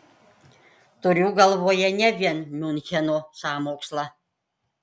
turiu galvoje ne vien miuncheno sąmokslą